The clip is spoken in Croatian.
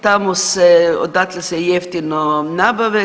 Tamo se, odatle se jeftino nabave.